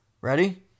Ready